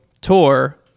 tour